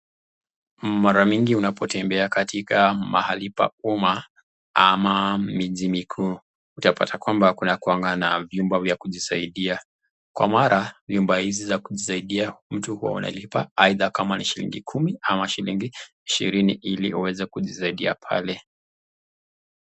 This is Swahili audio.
Mara mingi unapotembea katika mahali pa umma ama miji mikuu utapata kwamba kunakuanga na vyumba vya kujisaidia, kwa mara vyumba hizi za kujisaidia mtu huwa unalipa aidha kama ni shilingi ishirini ili uweze kujisaidia pale.